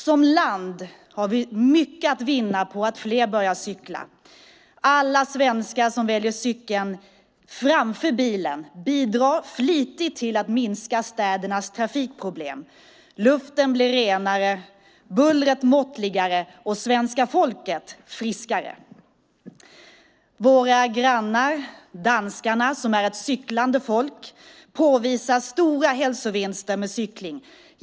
Som land har vi mycket att vinna på att fler börjar cykla. Alla svenskar som väljer cykeln framför bilen bidrar flitigt till att minska städernas trafikproblem. Luften blir renare, bullret måttligare och svenska folket friskare! Våra grannar, danskarna, som är ett cyklande folk påvisar stora hälsovinster med cykling.